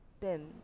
ten